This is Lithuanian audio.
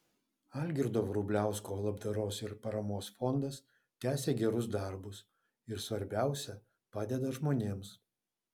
algirdo vrubliausko labdaros ir paramos fondas tęsia gerus darbus ir svarbiausia padeda žmonėms